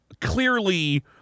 clearly